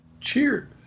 Cheers